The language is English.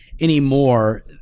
anymore